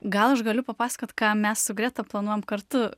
gal aš galiu papasakot ką mes su greta planuojam kartu